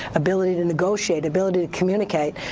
ability to negotiate, ability to communicate.